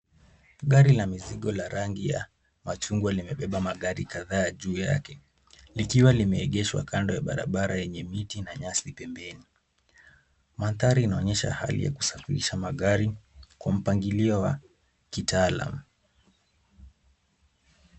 Gari la mizigo la rangi ya machungwa limebeba magari kadhaa juu yake likiwa limeegeshwa kando ya barabara yenye miti na nyasi pembeni. Mandhari inaonyesha hali ya kusafisha magari kwa mpangilio wa kitaalam.